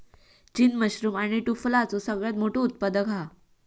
चीन मशरूम आणि टुफलाचो सगळ्यात मोठो उत्पादक हा